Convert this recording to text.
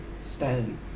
stone